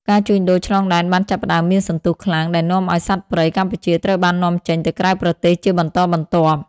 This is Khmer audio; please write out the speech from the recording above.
ការជួញដូរឆ្លងដែនបានចាប់ផ្តើមមានសន្ទុះខ្លាំង ដែលនាំឱ្យសត្វព្រៃកម្ពុជាត្រូវបាននាំចេញទៅក្រៅប្រទេសជាបន្តបន្ទាប់។